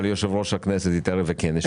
אבל יושב-ראש הכנסת התערב וכן אישר.